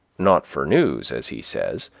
not for news as he says,